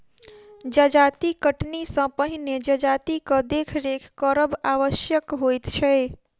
जजाति कटनी सॅ पहिने जजातिक देखरेख करब आवश्यक होइत छै